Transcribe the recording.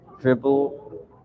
dribble